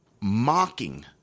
mocking